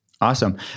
Awesome